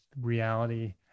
reality